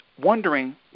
wondering